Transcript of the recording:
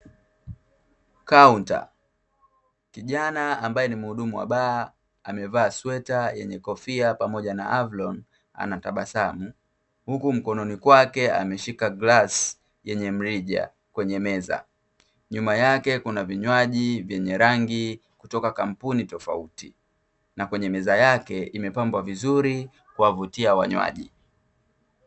Kaunta. Kijana ambaye ni muhudumu wa baa, amevaa sweta yenye kofia pamoja na avlon anatabasam, huku mkononi kwake ameshika glasi yenye mrija kwenye meza. Nyuma yake kuna vinywaji vyenye rangi kutoka kampuni tofauti na kwenye meza yake imepambwa vizuri kuwavutia wanywaji.